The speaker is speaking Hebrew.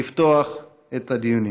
לפתוח את הדיונים.